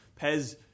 Pez